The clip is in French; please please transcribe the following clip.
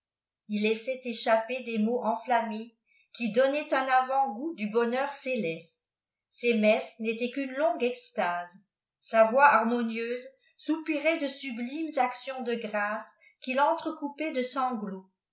jl laiait échapper des mots enoammés qui donnaient un avant geût du bonheur célestç es messes n'étaient qu'une longue eslase sa voix harmonieuse soupirait de sjiblimes actions de grices qn il entrecoupait de sanglots